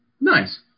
Nice